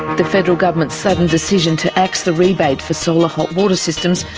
the federal government's sudden decision to axe the rebate for solar hot water systems,